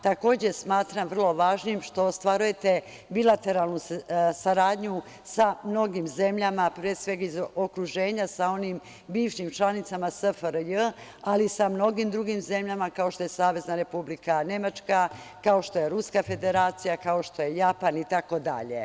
Takođe, smatram vrlo važnim što ostvarujete bilateralnu saradnju sa mnogim zemljama, pre svega iz okruženja, sa onim bivšim članicama SFRJ, ali i sa mnogim drugim zemljama, kao što je Savezna Republika Nemačka, kao što je Ruska Federacija, kao što je Japan, itd.